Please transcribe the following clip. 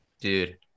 Dude